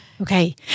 okay